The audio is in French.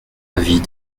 avis